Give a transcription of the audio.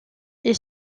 est